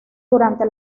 durante